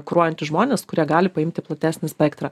kuruojantys žmonės kurie gali paimti platesnį spektrą